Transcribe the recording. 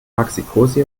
maxicosi